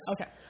okay